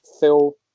Phil